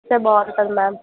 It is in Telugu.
ఉంటే బాగుంటుంది మ్యామ్